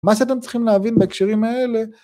מה שאתם צריכים להבין בהקשרים האלה...